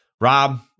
Rob